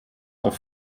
auf